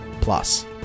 plus